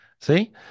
See